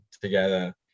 together